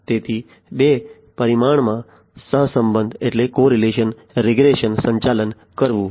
તેથી 2 પરિમાણમાં સહસંબંધ રીગ્રેસનનું સંચાલન કરવું